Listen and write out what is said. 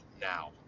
now